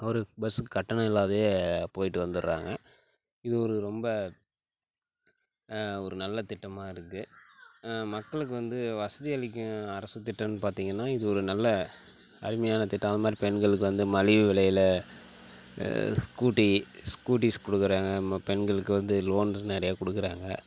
ஒரு பஸ்ஸு கட்டணம் இல்லாதயே போய்ட்டு வந்துடுறாங்க இது ஒரு ரொம்ப ஒரு நல்ல திட்டமாக இருக்குது மக்களுக்கு வந்து வசதி அளிக்கும் அரசு திட்டன்னு பார்த்தீங்கன்னா இது ஒரு நல்ல அருமையான திட்டம் அது மாதிரி பெண்களுக்கு வந்து மலிவு விலையில் ஸ்கூட்டி ஸ்கூட்டிஸ் கொடுக்குறாங்க ம பெண்களுக்கு வந்து லோன் நிறைய கொடுக்குறாங்க